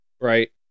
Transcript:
Right